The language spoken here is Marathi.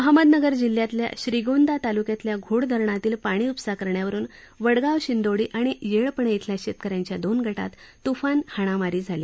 अहमदनगर जिल्ह्यातील श्रीगोंदा ताल्क्यातल्या घोड धरणातील पाणी उपसा करण्यावरून वडगाव शिंदोडी आणि येळपणे इथल्या शेतकऱ्यांच्या दोन गटात त्फान हाणामारी झाली